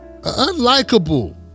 unlikable